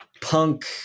punk